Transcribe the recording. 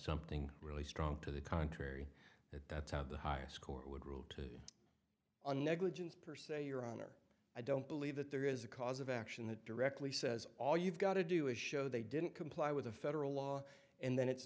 something really strong to the contrary that that's not the higher score on negligence per se your honor i don't believe that there is a cause of action that directly says all you've got to do is show they didn't comply with the federal law and then it's